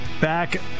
back